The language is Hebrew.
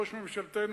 ראש ממשלתנו,